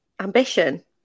ambition